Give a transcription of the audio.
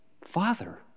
Father